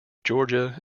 georgia